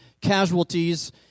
casualties